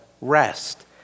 rest